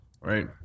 right